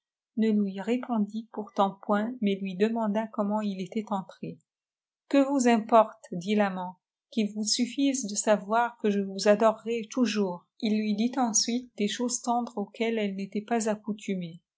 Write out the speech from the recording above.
ne lui répondit pourtant point mais lui demanda comment il était entré que vous importe dit l'amant qu'il vous suffise de savoir que je vous adorerai toujours il lui dit ensuite des choses tendres auxquelles elle n'était pas accoutumée